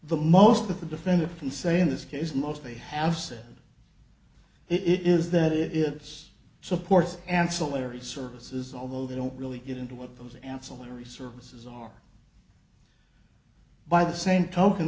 the most that the defendant can say in this case most they have said it is that it is this supports ancillary services although they don't really get into what those ancillary services are by the same token